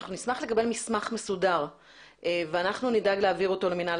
אנחנו נשמח לקבל מסמך מסודר ואנחנו נדאג להעביר אותו למינהל